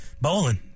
bowling